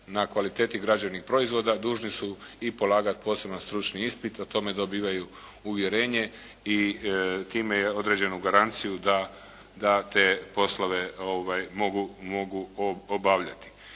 na kvaliteti građevnih proizvoda dužni su i polagati stručni ispit o tome dobivaju uvjerenje i time određenu garanciju da te poslove mogu obavljati.